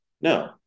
no